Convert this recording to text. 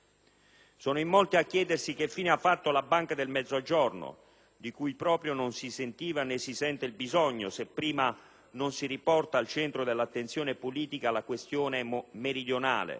Sono in molti a chiedersi che fine ha fatto la Banca del Mezzogiorno, di cui proprio non si sentiva, né si sente, il bisogno se prima non si riporta al centro dell'attenzione politica la questione meridionale,